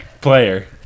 Player